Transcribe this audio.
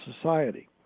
society